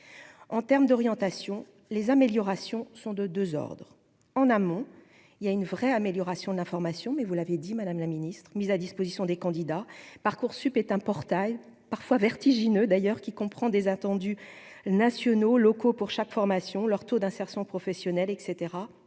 en termes d'orientation, les améliorations sont de 2 ordres : en amont, il y a une vraie amélioration d'information mais vous l'avez dit, Madame la Ministre, mise à disposition des candidats Parcoursup est un portail parfois vertigineux d'ailleurs qui comprend des attendus nationaux, locaux pour chaque formation leur taux d'insertion professionnelle et